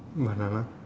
banana